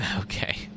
okay